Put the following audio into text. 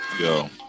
Yo